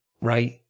right